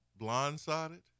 blindsided